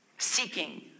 Seeking